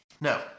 No